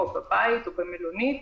בבית או במלונית,